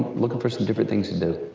looking for some different things to do.